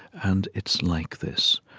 and it's like this.